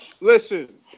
listen